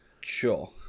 Sure